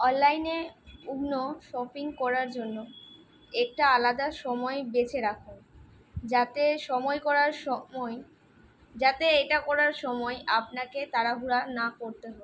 অনলাইনে window shopping করার জন্য একটা আলাদা সময় বেছে রাখুন যাতে সময় করার সময় যাতে এটা করার সময় আপনাকে তাড়াহুড়া না করতে হয়